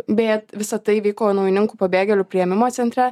beje visa tai vyko naujininkų pabėgėlių priėmimo centre